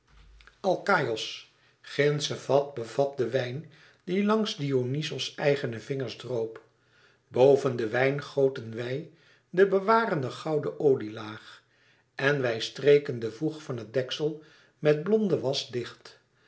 alkaïos gindsche vat bevat den wijn die langs dionyzos eigene vingers droop boven den wijn goten wij de bewarende gouden olielaag en wij streken de voeg van het deksel met blonde was dicht